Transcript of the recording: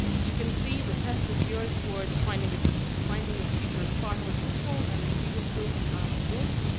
you can see the test group veers towards finding ah finding those features far more useful than the previous group um did.